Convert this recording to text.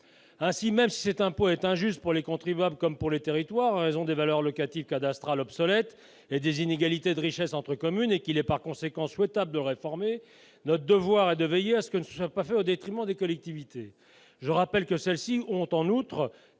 Ainsi, même si cet impôt est injuste pour les contribuables comme pour les territoires, en raison de valeurs locatives cadastrales obsolètes et des inégalités de richesses entre communes, et s'il est, en conséquence, souhaitable de le réformer, notre devoir est de veiller à ce que cela ne soit pas mené au détriment des collectivités. Je rappelle que ces dernières ont, en outre,